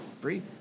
free